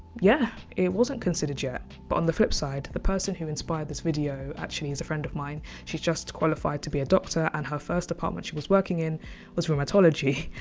yeah, it wasn't considered yet. but on the flip side, the person who inspired this video actually is a friend of mine. she's just qualified to be a doctor and her first department she was working in was rhemotology.